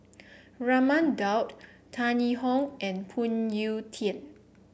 Raman Daud Tan Yee Hong and Phoon Yew Tien